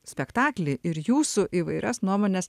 spektaklį ir jūsų įvairias nuomones